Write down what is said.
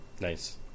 nice